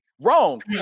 wrong